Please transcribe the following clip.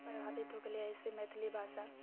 प्रभावित हो गेलियै एहिसँ मैथिली भाषा